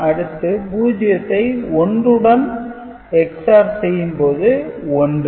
அடுத்த 0 ஐ 1 உடன் XOR செய்யும் போது 1